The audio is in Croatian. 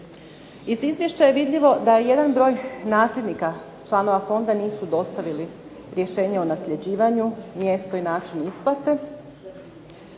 Iz izvješća je vidljivo da jedan broj nasljednika članova fonda nisu dostavili rješenje o nasljeđivanju, mjesto i način isplate